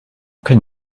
can